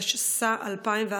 התשס"א 2001,